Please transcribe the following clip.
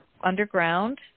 underground